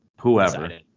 Whoever